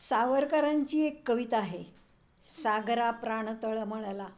सावरकरांची एक कविता आहे सागरा प्राण तळमळला